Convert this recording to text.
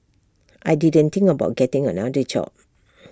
I didn't think about getting another job